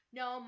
no